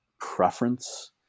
preference